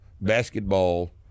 basketball